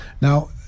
Now